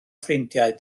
ffrindiau